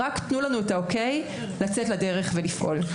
רק תנו לנו את האו-קיי לצאת לדרך ולפעול.